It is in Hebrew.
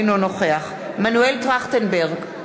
אינו נוכח מנואל טרכטנברג,